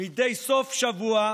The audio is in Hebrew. מדי סוף שבוע,